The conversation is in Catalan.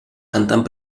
cantant